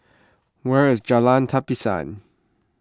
where is Jalan Tapisan